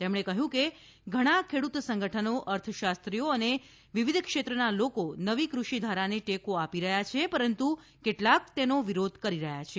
તેમણે કહ્યું કે ઘણા ખેડૂત સંગઠનો અર્થશાસ્ત્રીઓ અને વિવિધ ક્ષેત્રના લોકો નવી કૃષિધારાને ટેકો આપી રહ્યા છે પરંતુ કેટલાક તેનો વિરોધ કરી રહ્યા છે